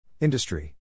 Industry